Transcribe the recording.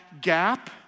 gap